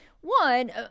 One